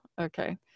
Okay